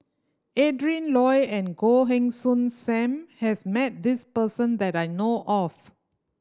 Adrin Loi and Goh Heng Soon Sam has met this person that I know of